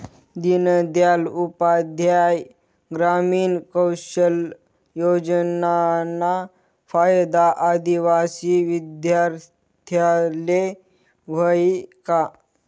दीनदयाल उपाध्याय ग्रामीण कौशल योजनाना फायदा आदिवासी विद्यार्थीस्ले व्हयी का?